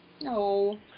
No